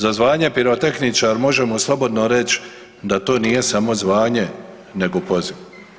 Za zvanje pirotehničar možemo slobodno reći da to nije samo zvanje nego poziv.